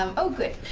um oh, good.